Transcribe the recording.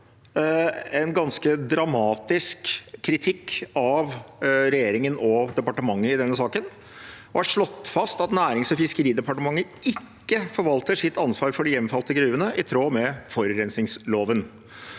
en ganske dramatisk kritikk av regjeringen og departementet i denne saken og har slått fast at Nærings- og fiskeridepartementet ikke forvalter sitt ansvar for de hjemfalte gruvene i tråd med forurensningsloven.